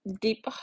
deep